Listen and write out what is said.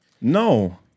No